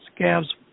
SCAV's